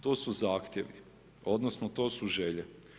To su zahtjevi, odnosno to su želje.